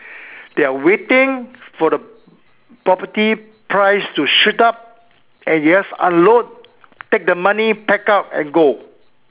they're waiting for the property price to shoot up and just unload take the money pack up and go